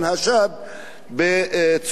בצורה יותר שכיחה,